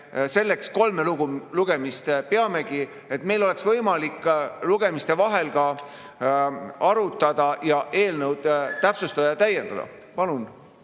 selleks me kolme lugemist peamegi, et meil oleks võimalik lugemiste vahel ka arutada ning eelnõu täpsustada ja täiendada. Palun